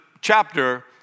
chapter